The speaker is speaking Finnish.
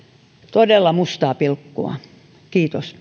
todella mustaa pilkkua kiitos